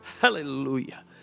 Hallelujah